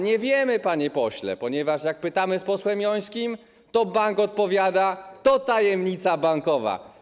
Nie wiemy, panie pośle, ponieważ jak pytamy z posłem Jońskim, to bank odpowiada: To tajemnica bankowa.